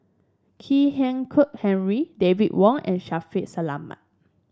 Kwek Hian Khuan Henry David Wong and Shaffiq Selamat